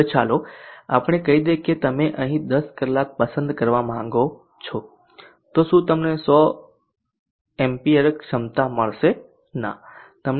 હવે ચાલો આપણે કહી દઈએ કે તમે અહીં 10 કલાક પસંદ કરવા માંગો છો તો શું તમને 100A ક્ષમતા મળશે